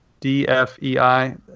DFEI